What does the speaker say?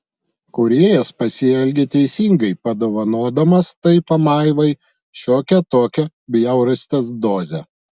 kūrėjas pasielgė teisingai padovanodamas tai pamaivai šiokią tokią bjaurasties dozę